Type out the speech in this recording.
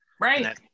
Right